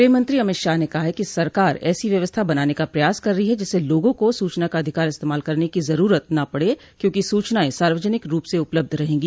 ग्रहमंत्री अमित शाह ने कहा है कि सरकार ऐसी व्यवस्था बनाने का प्रयास कर रही है जिससे लोगों को सूचना का अधिकार इस्तमाल करने की जरूरत न पड़े क्योंकि सूचनाएं सार्वजनिक रूप से उपलब्ध रहेंगी